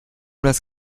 das